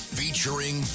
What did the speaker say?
featuring